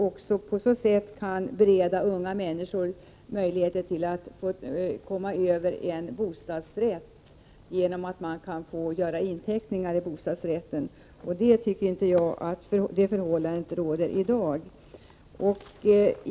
På så sätt kan unga människor beredas möjligheter att komma över en bostadsrätt, genom att det går att göra inteckningar i bostadsrätten. Det förhållandet råder inte i dag.